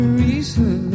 reason